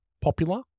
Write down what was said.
popular